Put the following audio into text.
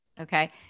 Okay